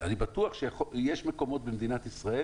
אני בטוח שיש מקומות במדינת ישראל